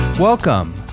Welcome